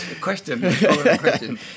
Question